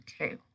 Okay